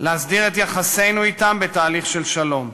להסדיר את יחסינו אתם בתהליך של שלום.